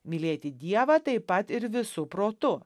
mylėti dievą taip pat ir visu protu